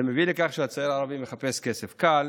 זה מביא לכך שהצעיר הערבי מחפש כסף קל,